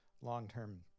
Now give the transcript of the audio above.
long-term